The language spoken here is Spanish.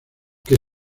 que